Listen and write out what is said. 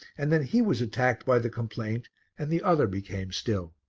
and then he was attacked by the complaint and the other became still.